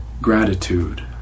gratitude